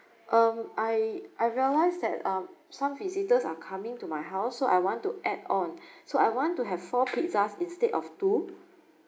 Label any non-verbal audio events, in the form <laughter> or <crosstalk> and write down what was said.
um I I realised that um some visitors are coming to my house so I want to add on <breath> so I want to have four pizzas instead of two